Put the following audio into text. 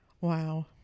Wow